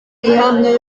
ihamye